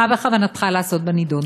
מה בכוונתך לעשות בנדון?